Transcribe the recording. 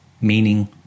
meaning